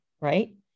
right